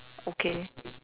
okay